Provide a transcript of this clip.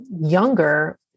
younger